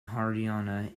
haryana